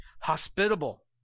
Hospitable